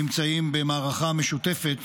נמצאים במערכה משותפת